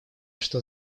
что